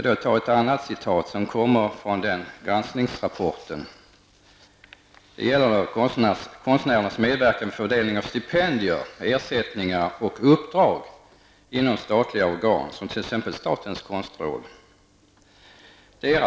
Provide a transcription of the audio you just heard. Det är en granskningsrapport och gäller konstnärers medverkan vid fördelning av stipendier, ersättningar och uppdrag inom statliga organisationer, såsom statens kulturråd.